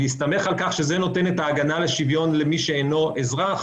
בהסתמך על כך שזה נותן את ההגנה לשוויון למי שאינו אזרח